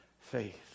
faith